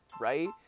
right